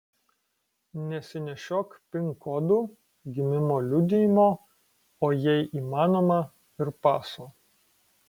nesinešiok pin kodų gimimo liudijimo o jei įmanoma ir paso